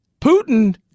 Putin